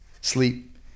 sleep